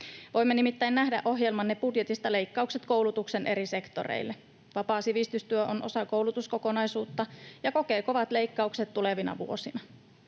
Voimme nimittäin nähdä ohjelmanne budjetista leikkaukset koulutuksen eri sektoreille. Vapaa sivistystyö on osa koulutuskokonaisuutta ja kokee kovat leikkaukset tulevina vuosina.